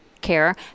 care